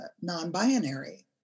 non-binary